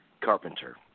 Carpenter